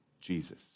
Jesus